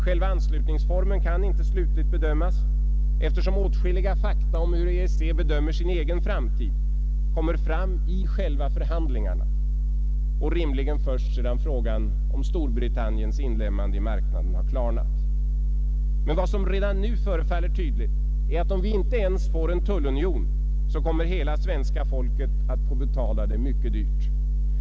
Själva anslutningsformen kan inte slutligt bedömas, eftersom åtskilliga fakta om hur EEC bedömer sin egen framtid kommer fram under själva förhandlingarna, rimligen först sedan frågan om Storbritanniens inlemmande i marknaden har klarnat. Men vad som redan nu förefaller tydligt är, att om vi inte ens får en tullunion kommer hela svenska folket att få betala det mycket dyrt.